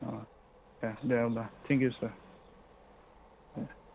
अ देह दे होनबा थेंक इउ सार देह